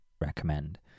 recommend